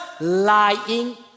lying